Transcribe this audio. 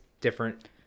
different